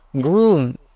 groom